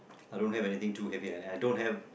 I don't have anything too heavy and I don't have